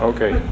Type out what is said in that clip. Okay